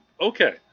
okay